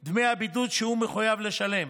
על דמי הבידוד שהוא מחויב לשלם.